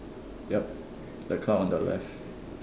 yup the car on the left